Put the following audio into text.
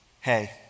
Hey